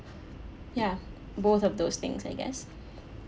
ya both of those things I guess